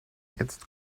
jetzt